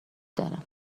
دارم